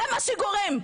לזה הוא גורם.